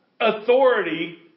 authority